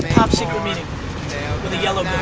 top secret meeting with a yellow